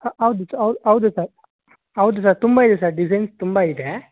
ಹೌದು ಸರ್ ಹೌದು ಹೌದು ಸರ್ ಹೌದು ಸರ್ ತುಂಬ ಇದೆ ಸರ್ ಡಿಸೈನ್ಸ್ ತುಂಬ ಇದೆ